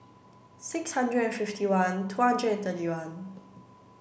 six hundred and fifty one two hundred thirty one